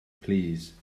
plîs